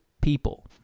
people